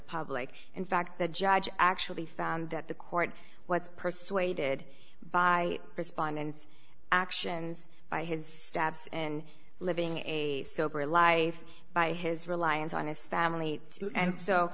public in fact the judge actually found that the court what's persuaded by respondents actions by his steps and living a sober life by his reliance on his family and so